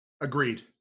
Agreed